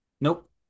Nope